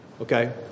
okay